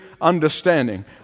understanding